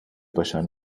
باشن